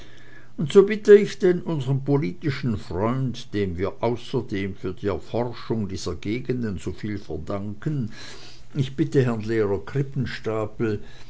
und so bitte ich denn unsern politischen freund dem wir außerdem für die erforschung dieser gegenden soviel verdanken ich bitte herrn lehrer